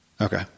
Okay